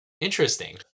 Interesting